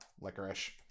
licorice